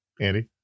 Andy